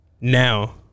Now